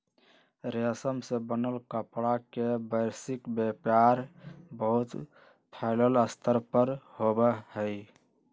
रेशम से बनल कपड़ा के वैश्विक व्यापार बहुत फैल्ल स्तर पर होबा हई